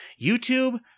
YouTube